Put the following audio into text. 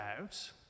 out